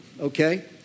okay